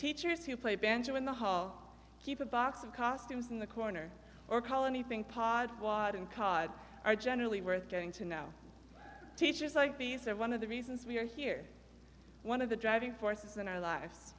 teachers who play banjo in the hall keep a box of costumes in the corner or call anything pod wired and cards are generally worth going to now teachers like these are one of the reasons we are here one of the driving forces in our li